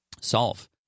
solve